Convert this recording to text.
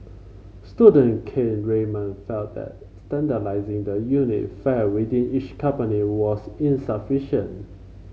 student Kane Raymond felt that standardising the unit fare within each company was insufficient